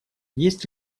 есть